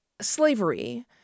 slavery